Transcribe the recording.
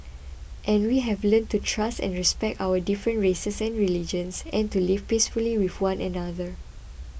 and we have learnt to trust and respect our different races and religions and to live peacefully with one another